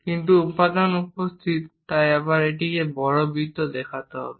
কিন্তু উপাদান উপস্থিত তাই আবার একটি বড় বৃত্ত আমরা দেখতে হবে